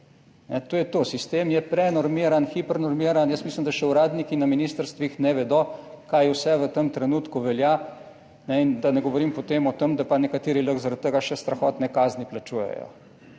To je to. Sistem je prenormiran, hipernormiran, jaz mislim, da še uradniki na ministrstvih ne vedo kaj vse v tem trenutku velja, da ne govorim potem o tem, da pa nekateri lahko zaradi tega še strahotne kazni plačujejo,